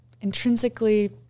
intrinsically